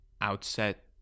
outset